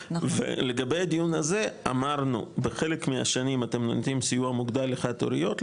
ולגבי הדיון הזה אמרנו בחלק מהשנים אתם נותנים סיוע מוגדל לחד הוריות,